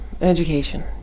Education